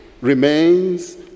remains